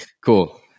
Cool